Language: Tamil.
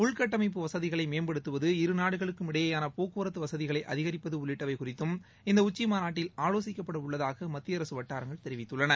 உள்கட்டமைப்பு வசதிகளை மேம்படுத்துவது இருநாடுகளுக்கும் இடையேயான போக்குவரத்து வசதிகளை அதிகரிப்பது உள்ளிட்டவை குறித்தும் இந்த உச்சி மாநாட்டில் ஆலோசிக்கப்பட உள்ளதாக மத்திய அரசு வட்டாரங்கள் தெரிவித்துள்ளன